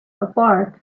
apart